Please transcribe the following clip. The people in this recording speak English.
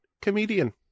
comedian